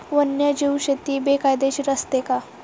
वन्यजीव शेती बेकायदेशीर असते का?